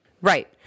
Right